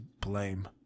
blame